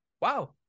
wow